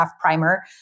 primer